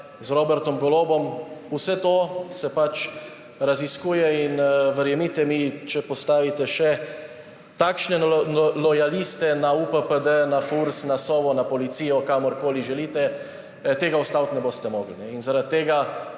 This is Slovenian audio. z Robertom Golobom. Vse to se pač raziskuje. In verjemite mi, če postavite še takšne lojaliste na UPPD, na FURS, na SOVO, na policijo, kamorkoli želite, tega ustaviti ne boste mogli. In zaradi tega